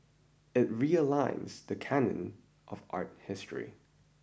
it realigns the canon of art history